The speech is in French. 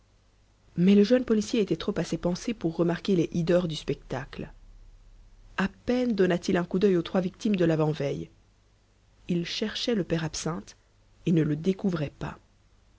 mais le jeune policier était trop à ses pensées pour remarquer les hideurs du spectacle à peine donna-t-il un coup d'œil aux trois victimes de l'avant-veille il cherchait le père absinthe et ne le découvrait pas